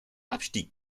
abstieg